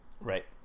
Right